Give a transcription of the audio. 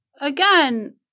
again